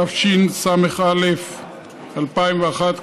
התשס"א 2001,